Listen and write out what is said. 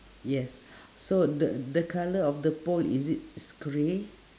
yes so the the colour of the pole is it grey